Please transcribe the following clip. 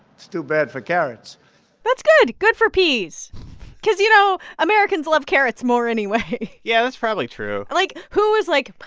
it's too bad for carrots that's good. good for peas because, you know, americans love carrots more anyway yeah, that's probably true like, who was like,